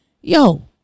Yo